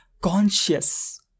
conscious